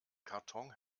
karton